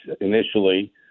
initially